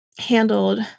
handled